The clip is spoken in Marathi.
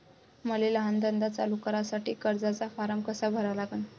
मले लहान धंदा चालू करासाठी कर्जाचा फारम कसा भरा लागन?